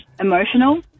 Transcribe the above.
emotional